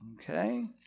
Okay